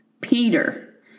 Peter